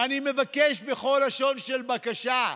אני מבקש בכל לשון של בקשה,